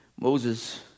Moses